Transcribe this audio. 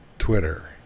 Twitter